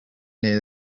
near